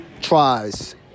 tries